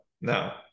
no